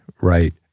right